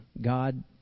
God